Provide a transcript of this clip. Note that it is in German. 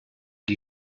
die